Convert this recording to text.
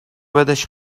بدش